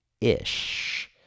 ish